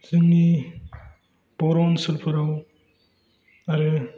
जोंनि बर' ओनसोलफोराव आरो